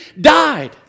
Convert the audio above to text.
died